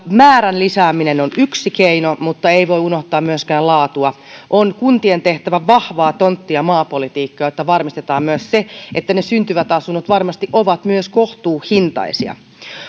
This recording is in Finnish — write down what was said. määrän lisääminen on yksi keino mutta ei voi unohtaa myöskään laatua kuntien on tehtävä vahvaa tontti ja maapolitiikkaa jotta varmistetaan myös se että ne syntyvät asunnot varmasti ovat myös kohtuuhintaisia